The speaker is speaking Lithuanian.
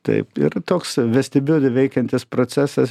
taip ir toks vestibiuly veikiantis procesas